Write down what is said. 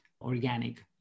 organic